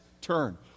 turn